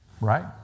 right